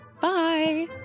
Bye